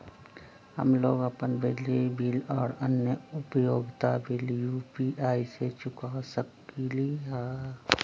हम लोग अपन बिजली बिल और अन्य उपयोगिता बिल यू.पी.आई से चुका सकिली ह